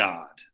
God